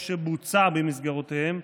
או שבוצע במסגרותיהם,